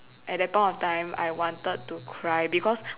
at that point of time I wanted to cry because